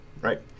Right